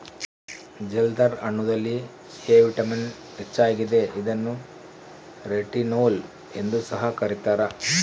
ಜಲ್ದರ್ ಹಣ್ಣುದಲ್ಲಿ A vitamin ಹೆಚ್ಚಾಗಿದೆ ಇದನ್ನು ರೆಟಿನೋಲ್ ಎಂದು ಸಹ ಕರ್ತ್ಯರ